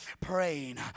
praying